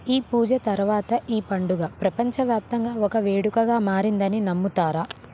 ఈ పూజ తరువాత ఈ పండుగ ప్రపంచవ్యాప్తంగా ఒక వేడుకగా మారిందని నమ్ముతారా